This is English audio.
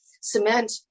cement